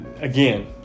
again